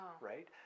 right